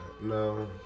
No